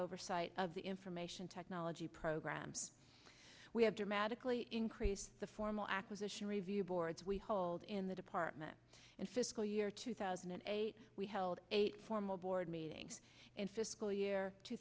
oversight of the information technology programs we have dramatically increased the formal acquisition review boards we hold in the department in fiscal year two thousand and eight we held eight formal board meetings in fiscal year two